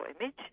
image